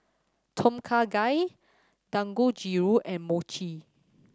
Tom Kha Gai Dangojiru and Mochi